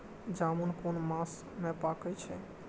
जामून कुन मास में पाके छै?